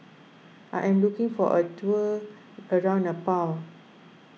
I am looking for a tour around Nepal